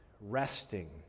resting